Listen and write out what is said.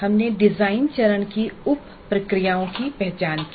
हमने डिजाइन चरण की उप प्रक्रियाओं की पहचान की